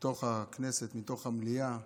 מתוך הכנסת, מתוך המליאה,